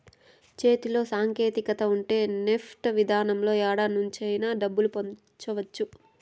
చేతిలో సాంకేతికత ఉంటే నెఫ్ట్ విధానంలో యాడ నుంచైనా డబ్బులు పంపవచ్చు